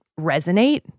resonate